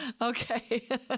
okay